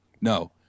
No